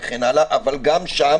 אבל גם שם